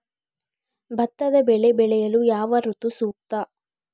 ಭತ್ತದ ಬೆಳೆ ಬೆಳೆಯಲು ಯಾವ ಋತು ಸೂಕ್ತ?